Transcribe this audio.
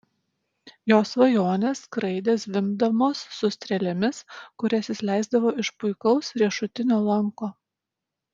jo svajonės skraidė zvimbdamos su strėlėmis kurias jis leisdavo iš puikaus riešutinio lanko